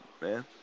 man